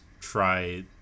try